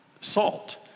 salt